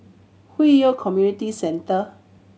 Hwi Yoh Community Centre